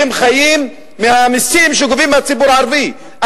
הם חיים מהמסים שגובים מהציבור הערבי,